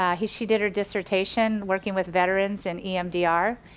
ah she she did her dissertation working with veterans and emdr.